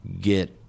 get